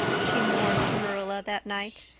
she mourned to marilla that night.